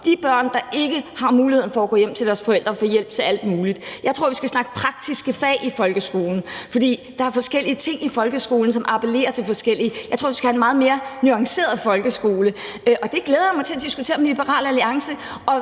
de børn, der ikke har mulighed for at gå hjem til deres forældre og få hjælp til alt muligt. Jeg tror, vi skal snakke praktiske fag i folkeskolen, for der er forskellige ting i folkeskolen, som appellerer til forskellige, og jeg tror, vi skal have en meget mere nuanceret folkeskole, og det glæder jeg mig til at diskutere med Liberal Alliance.